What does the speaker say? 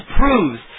proves